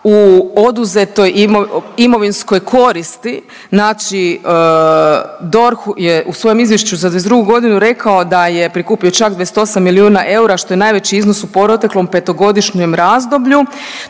u oduzetoj imovinskoj koristi, znači DORH je u svojem Izvješću za 2022. godinu rekao da je prikupio čak 28 milijuna eura što je najveći iznos u proteklom petogodišnjem razdoblju.